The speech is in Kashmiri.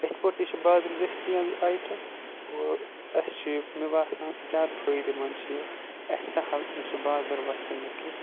یِتھ پٲٹھۍ تہِ چھُ بازرٕ دٔستِیاب یہِ اَیٹَم اَسہِ چھُ یہِ مےٚ باسان زیادٕ فٲیِدٕ مَنٛد چھُ یہِ اَسہِ سَہَل نہَ چھُ بازَر وُسُن نہَ کینٛہہ